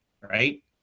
Right